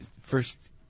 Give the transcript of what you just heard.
first